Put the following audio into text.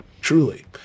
Truly